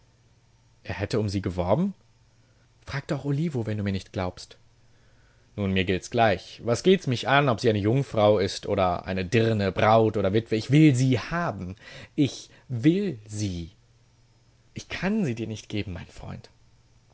er hätte um sie geworben frage doch olivo wenn du mir nicht glaubst nun mir gilt's gleich was geht's mich an ob sie eine jungfrau ist oder eine dirne braut oder witwe ich will sie haben ich will sie ich kann sie dir nicht geben mein freund